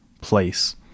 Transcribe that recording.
place